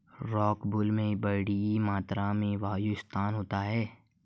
rockwool में बड़ी मात्रा में वायु स्थान होता है